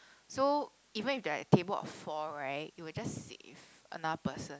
so even if there are like table of four right you will just sit with another person